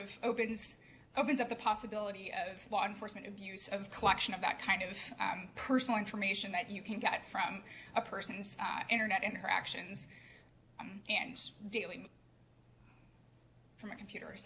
of opens opens up the possibility of law enforcement abuse of collection of that kind of personal information that you can get from a person's internet interactions and dealing from a computer